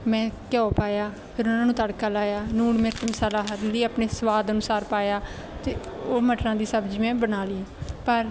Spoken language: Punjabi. ਮੈਂ ਘਿਓ ਪਾਇਆ ਫਿਰ ਉਹਨਾਂ ਨੂੰ ਤੜਕਾ ਲਾਇਆ ਲੂਣ ਮਿਰਚ ਮਸਾਲਾ ਹਲਦੀ ਆਪਣੇ ਸਵਾਦ ਅਨੁਸਾਰ ਪਾਇਆ ਅਤੇ ਉਹ ਮਟਰਾਂ ਦੀ ਸਬਜ਼ੀ ਮੈਂ ਬਣਾ ਲਈ ਪਰ